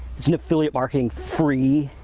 isn't affiliate marketing free?